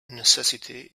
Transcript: necessity